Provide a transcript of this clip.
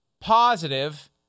positive